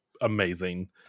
amazing